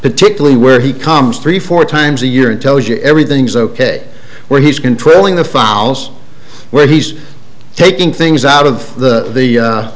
particularly where he comes three four times a year and tells your everything's ok where he's controlling the fouls where he's taking things out of the